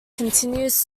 continues